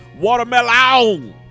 watermelon